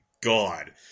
God